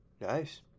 Nice